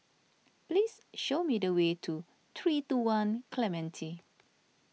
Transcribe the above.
please show me the way to three two one Clementi